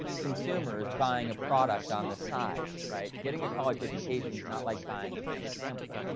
consumers buying a product on the side, right? getting a college education's not like buying a ham sandwich